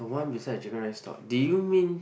one beside the chicken rice shop did you mean